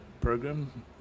program